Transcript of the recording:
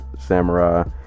Samurai